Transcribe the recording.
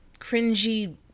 Cringy